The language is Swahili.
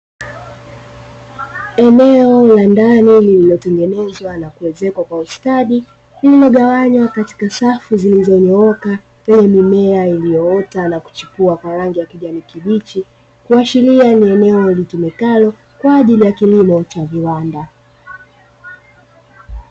Eneo la ndani lililotengenezwa na kuezekwa kwa ustadi lililogawanywa katika safu zilizonyooka zenye mimea iliyoota na kuchipua kwa rangi ya kijani kibichi, kuashiria ni eneo litumikalo kwa ajili ya kilimo cha viwanda.